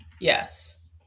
Yes